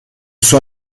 suo